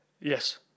Yes